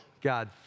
God